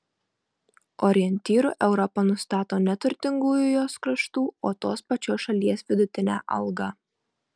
orientyru europa nustato ne turtingųjų jos kraštų o tos pačios šalies vidutinę algą